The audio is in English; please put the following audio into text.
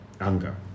anger